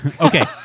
Okay